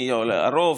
מי הרוב,